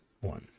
one